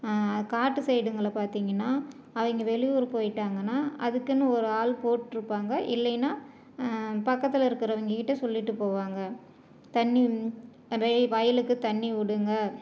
காட்டு சைடுங்களை பார்த்தீங்கனா அவங்க வெளியூர் போய்விட்டாங்கனா அதுக்குன்னு ஒரு ஆள் போட்டிருப்பாங்க இல்லைனால் பக்கத்தில் இருக்கிறவிங்கக் கிட்டே சொல்லிவிட்டு போவாங்க தண்ணி போய் வயலுக்கு தண்ணி விடுங்க